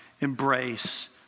embrace